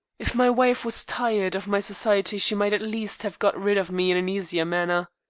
if my wife was tired of my society she might at least have got rid of me in an easier manner.